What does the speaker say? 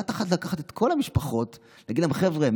בבת אחת לקחת את כל המשפחות ולהגיד להן: חבר'ה,